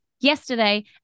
yesterday